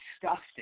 disgusting